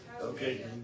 Okay